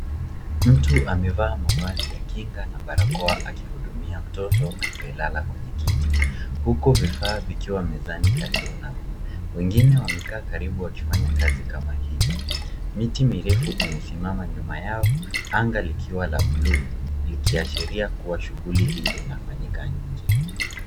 Mtu amevaa mavazi ya kinga na barakoa akihudumia mtoto aliyelala kwenye kiti huku vifaa vikiwa mezani karibu naye. Wengine wamekaa karibu wakifanya kazi kama hii. Miti mirefu imesimama nyuma yao, anga likiwa la bluu ikiashiria kuwa shughuli hii inafanyika nje.